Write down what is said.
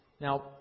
Now